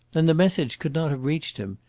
then the message could not have reached him,